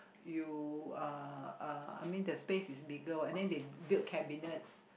you uh uh I mean the space is bigger what and then they built cabinets